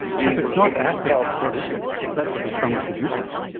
so if it's not acid, what is it? because that's what the stomach produces.